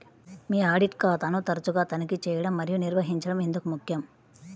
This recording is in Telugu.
మీ ఆడిట్ ఖాతాను తరచుగా తనిఖీ చేయడం మరియు నిర్వహించడం ఎందుకు ముఖ్యం?